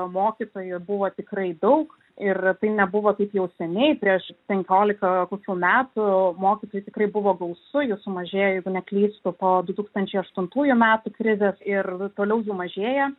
mokytojų buvo tikrai daug ir tai nebuvo taip jau seniai prieš penkiolika kokių metų mokytojų tikrai buvo gausu jų sumažėjo jeigu neklystu po du tūkstančiai aštuntųjų metų krizės ir toliau jų mažėja